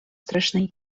страшний